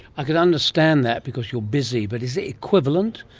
i could understand that because you are busy, but is it equivalent,